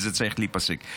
וזה צריך להיפסק.